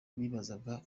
bibazaga